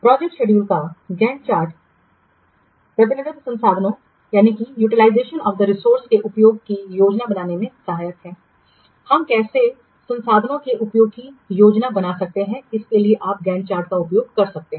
project schedule का Gantt chart प्रतिनिधित्व संसाधनों के उपयोग की योजना बनाने में सहायक है हम कैसे संसाधनों के उपयोग की योजना बना सकते हैं इसके लिए आप गैन्ट चार्ट का उपयोग कर सकते हैं